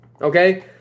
Okay